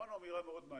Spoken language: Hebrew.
שמענו אמירה מעניינת